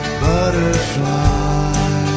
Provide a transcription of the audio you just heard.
butterfly